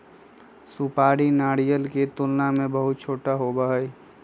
सुपारी नारियल के तुलना में बहुत छोटा होबा हई